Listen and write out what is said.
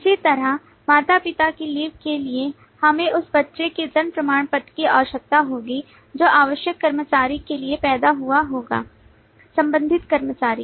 इसी तरह माता पिता की लीव के लिए हमें उस बच्चे के जन्म प्रमाण पत्र की आवश्यकता होगी जो आवश्यक कर्मचारी के लिए पैदा हुआ है संबंधित कर्मचारी